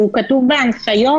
והוא כתוב בהנחיות